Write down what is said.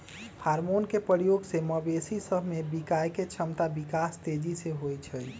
hormone के प्रयोग से मवेशी सभ में बियायके क्षमता विकास तेजी से होइ छइ